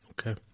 Okay